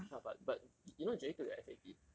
ya but but you know jerry took the S_A_T